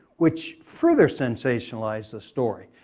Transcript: which further sensationalizes the story.